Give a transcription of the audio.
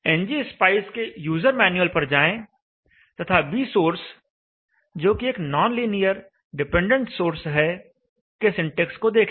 NG spice के user manual पर जाएं तथा B सोर्स जो कि एक नॉनलीनियर डिपेंडेंट सोर्स है के सिंटेक्स को देखें